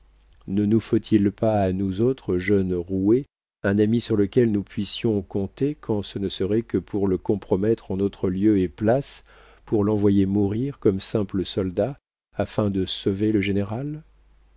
ne nous faut-il pas à nous autres jeunes roués un ami sur lequel nous puissions compter quand ce ne serait que pour le compromettre en notre lieu et place pour l'envoyer mourir comme simple soldat afin de sauver le général